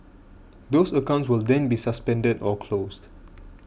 those accounts will then be suspended or closed